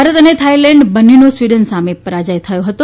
ભારત અને થાઇલેન્ડ બંનેનો સ્વીડન સામે પરાજય થયો હતો